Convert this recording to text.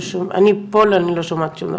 שום שיח ודיבור על מיניות.